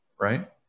right